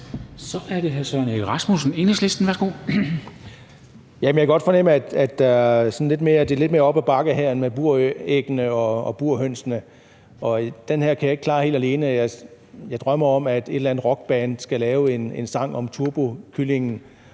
Kl. 14:06 Søren Egge Rasmussen (EL): Jamen jeg kan godt fornemme, at det er lidt mere op ad bakke med det her end med buræggene og burhønsene, og den her kan jeg ikke klare helt alene. Jeg drømmer om, at et eller andet rockband skal lave en sang om turbokyllingen